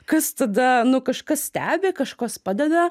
kas tada nu kažkas stebi kažkas padeda